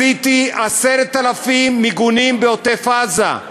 עשיתי 10,000 מיגונים בעוטף-עזה,